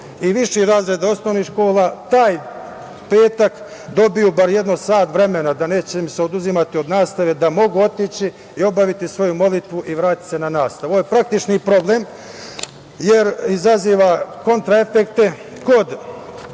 i viših razreda osnovnih škola taj petak dobiju bar jedno sat vremena, da im se neće oduzimati od nastave, da mogu otići i obaviti svoju molitvu i vratiti se na nastavu. Ovo je praktični problem jer izaziva kontra efekte kod